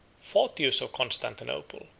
photius of constantinople,